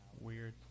Weird